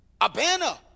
Abana